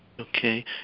Okay